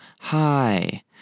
hi